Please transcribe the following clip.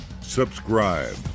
subscribe